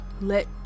let